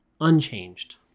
Unchanged